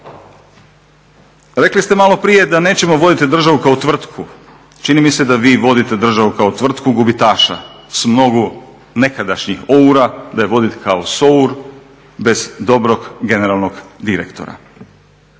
Rekli ste maloprije da nećemo voditi državu kao tvrtku. Čini mi se da vi vodite državu kao tvrtku gubitaša, s mnogo nekadašnjih …, da je vodite kao … bez dobrog generalnog direktora.